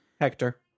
Hector